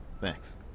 Thanks